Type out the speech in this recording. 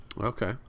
okay